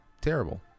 Terrible